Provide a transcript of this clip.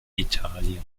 italien